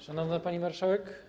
Szanowna Pani Marszałek!